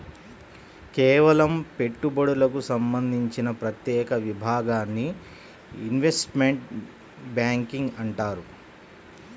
కేవలం పెట్టుబడులకు సంబంధించిన ప్రత్యేక విభాగాన్ని ఇన్వెస్ట్మెంట్ బ్యేంకింగ్ అంటారు